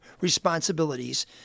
responsibilities